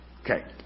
Okay